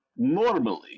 Normally